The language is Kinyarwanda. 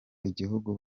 igihugu